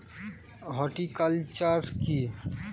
Horticulture কি?